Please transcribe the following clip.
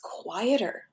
quieter